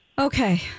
Okay